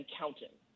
counting